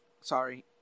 Sorry